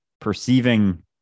perceiving